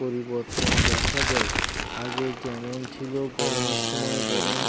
পরিবর্তন দেখা দেয় আগে যেমন ছিলো গরমের সময় গরম